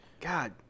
god